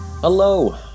Hello